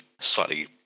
slightly